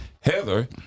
Heather